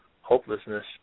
hopelessness